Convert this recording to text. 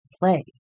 play